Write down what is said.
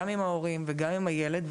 גם עם ההורים וגם עם הילד,